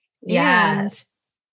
Yes